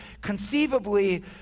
conceivably